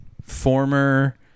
former